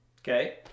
okay